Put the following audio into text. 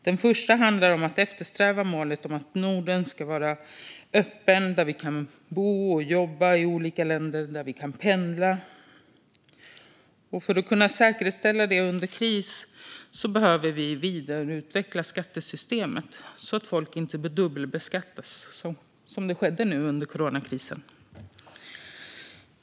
Den första handlar om att eftersträva målet om att Norden ska vara en öppen region, där vi kan bo och jobba i olika länder och pendla. För att kunna säkerställa detta under kris behöver vi vidareutveckla skattesystemet så att folk inte dubbelbeskattas, som skedde nu under coronakrisen.